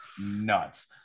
nuts